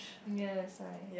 ya it's like